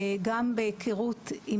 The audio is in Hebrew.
גם בהכרות עם